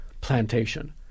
plantation